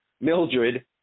Mildred